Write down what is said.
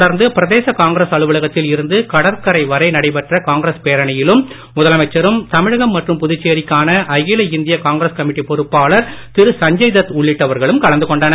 தொடர்ந்துபிரதேசகாங்கிரஸ்அலுவலகத்தில்இருந்துகடற்கரைவரைநடை பெற்றகாங்கிரஸ்பேரணியிலும்முதலமைச்சரும் தமிழகம்மற்றும்புதுச்சேரிக்கானஅகிலஇந்தியகாங்கிரஸ்கமிட்டிபொறுப் பாளர்திருசஞ்சய்தத்உள்ளிட்டவர்களும்கலந்துகொண்டனர்